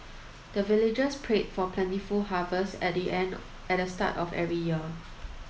the villagers pray for plentiful harvest at the end at the start of every year